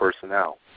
personnel